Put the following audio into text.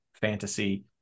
fantasy